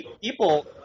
people